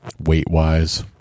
Weight-wise